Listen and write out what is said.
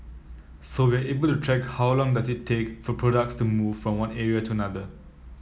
so we're able to track how long does it take for products to move from one area to another